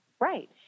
Right